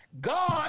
God